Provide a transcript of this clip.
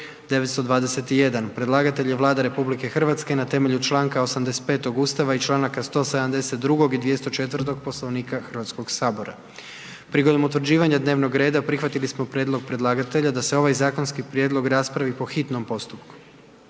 921 Predlagatelj je Vlada RH na temelju Članka 85. Ustava i Članaka 172. i 204. Poslovnika Hrvatskog sabora. Prigodom utvrđivanja dnevnog reda prihvatili smo prijedlog predlagatelja da se ovaj zakonski prijedlog raspravi po hitnom postupku.